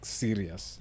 serious